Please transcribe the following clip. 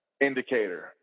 indicator